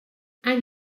any